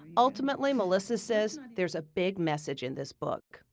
um ultimately melissa says, there's a big message in this book.